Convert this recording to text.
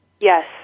Yes